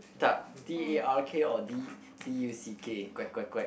dark d_a_r_k or D d_u_c_k quack quack quack